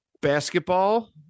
basketball